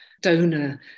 donor